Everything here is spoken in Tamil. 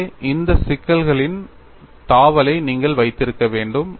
எனவே இந்த சிக்கல்களின் தாவலை நீங்கள் வைத்திருக்க வேண்டும்